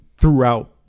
throughout